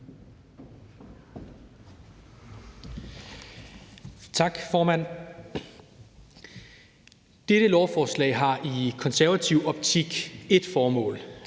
Tak, formand. Dette lovforslag har i konservativ optik ét formål,